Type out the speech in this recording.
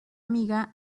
amiga